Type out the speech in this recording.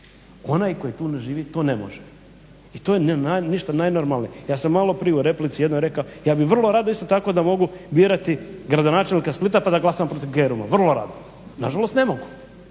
Onaj koji tu ne živi to ne može. I to je ništa, to je najnormalnije. Ja sam malo prije u replici jednoj rekao ja bih vrlo rado isto tako da mogu birati gradonačelnika Splita pa da glasam protiv Keruma. Vrlo rado, na žalost ne mogu.